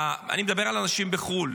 אני מדבר על אנשים בחו"ל,